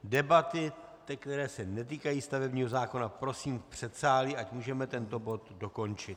Debaty, které se netýkají stavebního zákona, prosím v předsálí, ať můžeme tento bod dokončit.